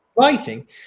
writing